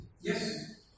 Yes